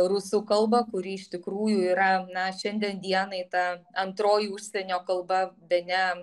rusų kalbą kuri iš tikrųjų yra na šiandien dienai ta antroji užsienio kalba bene